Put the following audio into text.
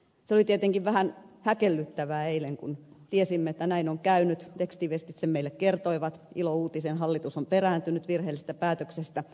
se oli tietenkin vähän häkellyttävää eilen kun tiesimme että näin on käynyt tekstiviestit sen meille kertoivat ilouutisen hallitus on perääntynyt virheellisestä päätöksestä